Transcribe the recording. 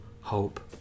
hope